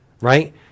right